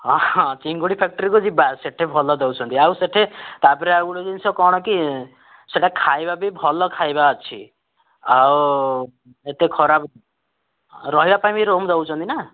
ହଁ ହଁ ଚିଙ୍ଗୁଡ଼ି ଫ୍ୟାକ୍ଟ୍ରିକୁ ଯିବା ସେଠି ଭଲ ଦେଉଛନ୍ତି ଆଉ ସେଠି ତା'ପରେ ଆଉ ଗୋଟେ ଜିନିଷ କ'ଣ କି ସେଇଟା ଖାଇବା ବି ଭଲ ଖାଇବା ଅଛି ଆଉ ଏତେ ଖରାପ ରହିବା ପାଇଁ ବି ରୁମ୍ ଦେଉଛନ୍ତି ନା